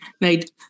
Right